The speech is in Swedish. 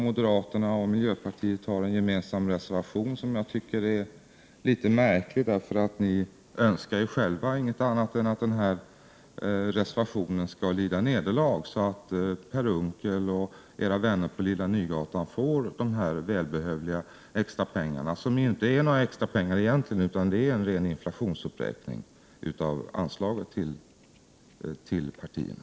Moderaterna och miljöpartiet har avgivit en gemensam reservation som jag tycker är litet märklig, därför att ni önskar själva ingenting annat än att reservationen skall lida nederlag, så att Per Unckel och vännerna på Lilla Nygatan får de välbehövliga extra pengarna, som egentligen inte är några extra pengar utan en ren inflationsuppräkning av anslaget till partierna.